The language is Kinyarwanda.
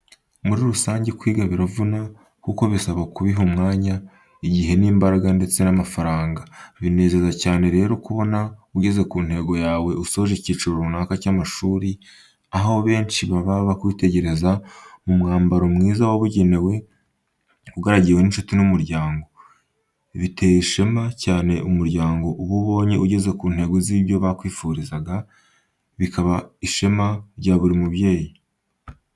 Muri rusange kwiga biravuna kuko bisaba kubiha umwanya, igihe n'imbaraga ndetse n'amafaranga. Binezeza cyane rero kubona ugeze ku ntego yawe usoje icyiciro runaka cy'amashuri, aho benshi baba bakwitegereza mu mwambaro mwiza wabugenewe ugaragiwe n'inshuti n'umuryango. Bigatera ishema cyane umuryango uba ubonye ugeze ku ntego z'ibyo bakwifurizaga bikaba ishema rya buri mubyeyi.